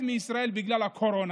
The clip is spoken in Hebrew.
מישראל בגלל הקורונה,